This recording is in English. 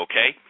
Okay